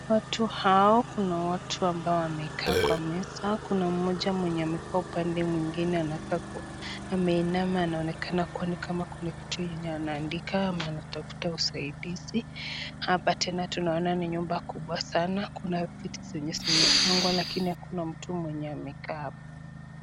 Watu hao kuna watu ambao wamekaa kwa meza, kuna mmoja mwenye amekaa upande mwingine anakaa ameinama anaonekana ni kama kuna kitu yenye anaandika ama anatafuta usaidizi, hapa tena tunaona ni nyumba kubwa sana, kuna viti zenye zimepangwa lakini hakuna mtu mwenye amekaa hapo.